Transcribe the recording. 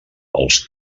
els